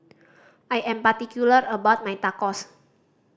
I am particular about my Tacos